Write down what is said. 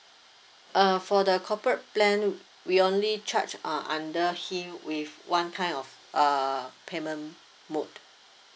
uh for the corporate plan we only charge uh under him with one kind of uh payment mode